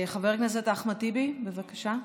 חבר הכנסת אחמד טיבי, בבקשה.